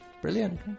brilliant